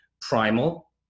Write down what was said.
primal